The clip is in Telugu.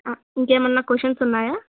ఇంకేమన్నా క్వశన్స్ ఉన్నాయా